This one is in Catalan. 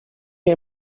que